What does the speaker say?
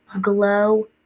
glow